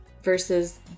versus